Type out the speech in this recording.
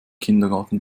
kindergarten